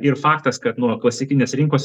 ir faktas kad nuo klasikinės rinkos